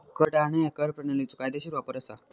कर टाळणा ह्या कर प्रणालीचो कायदेशीर वापर असा